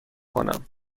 کنم